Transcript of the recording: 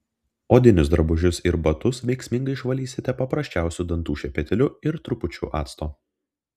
odinius drabužius ir batus veiksmingai išvalysite paprasčiausiu dantų šepetėliu ir trupučiu acto